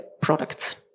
products